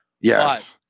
Yes